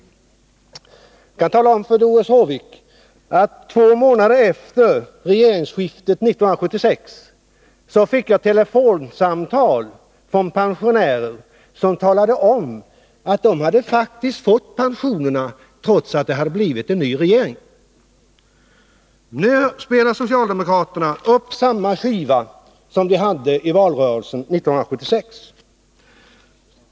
Jag kan tala om för Doris Håvik att två månader efter regeringsskiftet 1976 fick jag telefonsamtal från pensionärer som talade om att de faktiskt hade fått pensionerna, trots att det blivit en ny regering. Nu spelar socialdemokraterna upp samma skiva som i valrörelsen 1976.